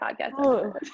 podcast